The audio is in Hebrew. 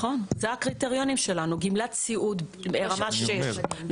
נכון, זה הקריטריונים שלנו, גמלת סיעוד ברמה (6).